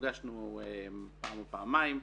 נפגשנו פעמיים.